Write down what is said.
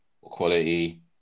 quality